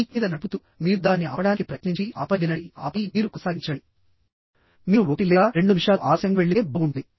bike మీద నడుపుతూ మీరు దానిని ఆపడానికి ప్రయత్నించి ఆపై వినండి ఆపై మీరు కొనసాగించండి మీరు ఒకటి లేదా రెండు నిమిషాలు ఆలస్యంగా వెళ్లితే బాగుంటుంది